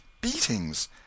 Beatings